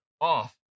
off